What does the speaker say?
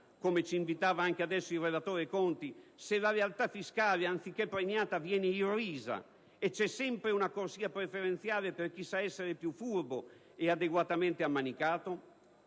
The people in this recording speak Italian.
come ci invitava a fare anche adesso il relatore Conti, se la lealtà fiscale, anziché premiata, viene irrisa e c'è sempre una corsia preferenziale per chi sa essere più furbo e adeguatamente ammanicato?